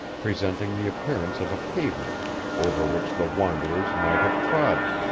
presenting the appearance of a pavement over which the wanderers might have trodden,